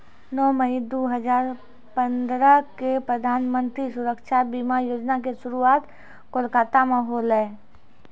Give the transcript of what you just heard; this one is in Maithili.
नौ मई दू हजार पंद्रह क प्रधानमन्त्री सुरक्षा बीमा योजना के शुरुआत कोलकाता मे होलै